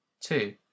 Two